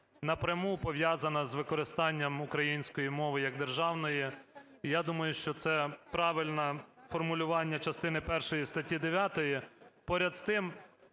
напряму пов'язана з використанням української мови як державної. І я думаю, що це правильне формулювання частини першої статті 9. Поряд з тим,